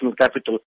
capital